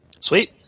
Sweet